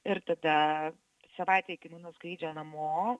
ir tada savaitei iki mano skrydžio namo